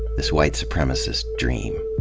this white supremacist dream.